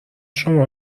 شما